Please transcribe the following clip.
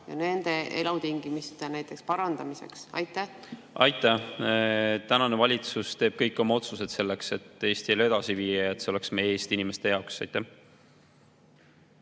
ja nende elutingimuste parandamisse? Aitäh! Tänane valitsus teeb kõik oma otsused selleks, et Eesti elu edasi viia ja et see oleks meie Eesti inimeste jaoks. Aitäh!